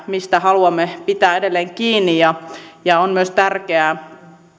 mistä haluamme pitää edelleen kiinni on myös tärkeää